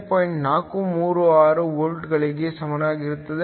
436 ವೋಲ್ಟ್ಗಳಿಗೆ ಸಮಾನವಾಗಿರುತ್ತದೆ